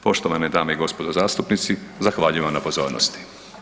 Poštovane dame i gospodo zastupnici, zahvaljujem vam na pozornosti.